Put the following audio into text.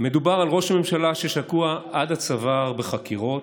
"מדובר על ראש ממשלה ששקוע עד צוואר בחקירות,